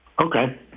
Okay